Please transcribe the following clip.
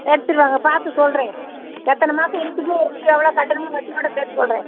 எடுத்துகிட்டு வாங்க பார்த்து சொல்கிறேன் எத்தனை மாதம் இருக்குது இன்னும் எவ்வளோ கட்டணும்னு வட்டியோடு சேர்த்து சொல்கிறேன்